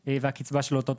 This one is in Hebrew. על סדר היום: כפל קצבאות,